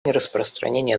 нераспространения